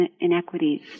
inequities